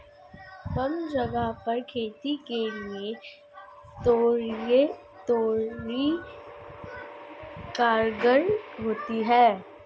कम जगह पर खेती के लिए तोरई कारगर होती है